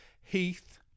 heath